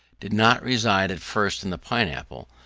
did not reside at first in the pineapple,